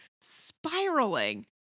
spiraling